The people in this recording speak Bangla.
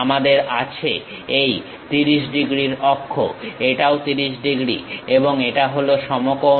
আমাদের আছে এই 30 ডিগ্রীর অক্ষ এটাও 30 ডিগ্রী এবং এটা হল সমকৌণিক